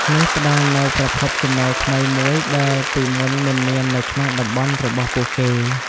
នេះផ្តល់នូវប្រភពចំណូលថ្មីមួយដែលពីមុនមិនមាននៅក្នុងតំបន់របស់ពួកគេ។